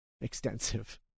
extensive